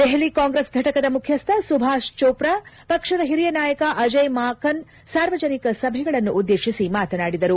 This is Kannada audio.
ದೆಹಲಿ ಕಾಂಗ್ರೆಸ್ ಫಟಕದ ಮುಖ್ಯಸ್ಥ ಸುಭಾಷ್ ಚೋಪ್ರಾ ಪಕ್ಷದ ಹಿರಿಯ ನಾಯಕ ಅಜಯ್ ಮಾಕನ್ ಸಾರ್ವಜನಿಕ ಸಭೆಗಳನ್ನು ಉದ್ದೇಶಿಸಿ ಮಾತನಾಡಿದರು